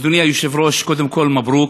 אדוני היושב-ראש, קודם כול, מברוכ.